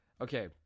Okay